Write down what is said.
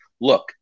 look